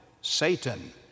Satan